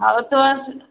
ହଉ ତୁମେ